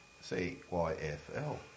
C-Y-F-L